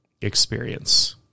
experience